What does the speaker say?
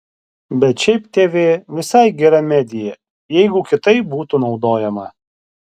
bet šiaip tv visai gera medija jeigu kitaip būtų naudojama